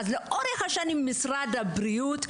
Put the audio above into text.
לאורך השנים משרד הבריאות,